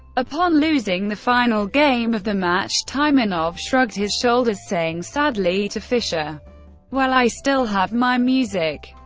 upon losing the final game of the match, taimanov shrugged his shoulders, saying sadly to fischer well, i still have my music.